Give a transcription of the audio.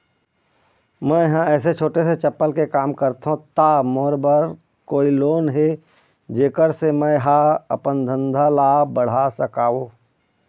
मैं हर ऐसे छोटे से चप्पल के काम करथों ता मोर बर कोई लोन हे जेकर से मैं हा अपन धंधा ला बढ़ा सकाओ?